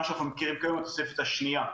מה שאנחנו מכירים כתוספת השנייה.